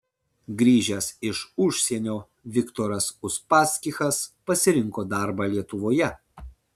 grįžęs iš užsienio viktoras uspaskichas pasirinko darbą lietuvoje